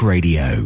Radio